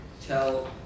tell